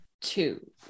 Two